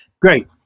great